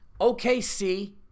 OKC